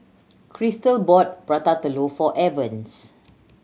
Cristal bought Prata Telur for Evans